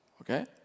okay